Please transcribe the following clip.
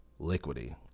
liquidy